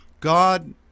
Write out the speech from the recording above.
God